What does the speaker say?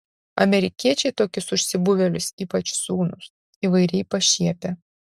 amerikiečiai tokius užsibuvėlius ypač sūnus įvairiai pašiepia